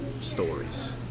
stories